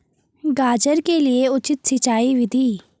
गाजर के लिए उचित सिंचाई विधि?